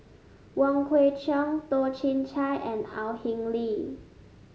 Wong Kwei Cheong Toh Chin Chye and Au Hing Yee